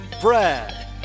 Brad